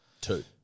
Two